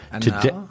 Today